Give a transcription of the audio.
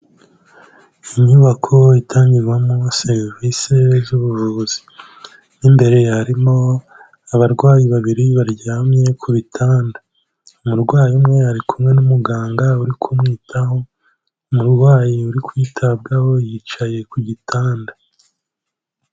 Inyubako itangirwamo serivisi z'ubuvuzi, mo imbere harimo abarwayi babiri baryamye ku bitanda, umurwayi umwe ari kumwe n'umuganga uri kumwitaho, umurwayi uri kwitabwaho yicaye ku gitanda.